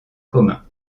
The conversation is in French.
commun